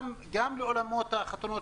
גם לאולמות החתונות,